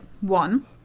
one